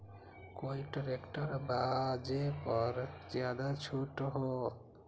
कोइ ट्रैक्टर बा जे पर ज्यादा छूट हो?